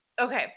Okay